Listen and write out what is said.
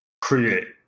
create